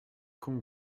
con